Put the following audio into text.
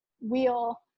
wheel